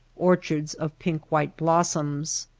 orchards of pink-white blossoms.